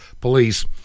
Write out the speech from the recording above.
police